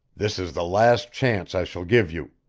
this is the last chance i shall give you.